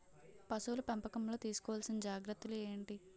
పశువుల పెంపకంలో తీసుకోవల్సిన జాగ్రత్త లు ఏంటి?